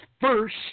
first